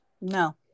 No